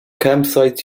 campsites